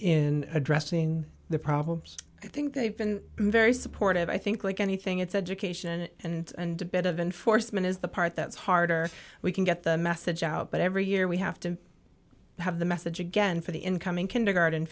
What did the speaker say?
in addressing the problems i think they've been very supportive i think like anything it's education and and bit of enforcement is the part that's harder we can get the message out but every year we have to have the message again for the incoming kindergarten